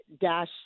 Dash